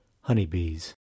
honeybees